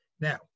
Now